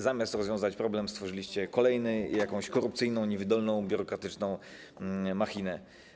Zamiast rozwiązać problem, stworzyliście kolejny i jakąś korupcyjną, niewydolną, biurokratyczną machinę.